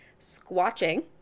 squatching